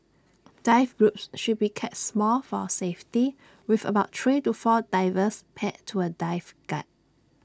dive groups should be kept small for safety with about three to four divers paired to A dive guide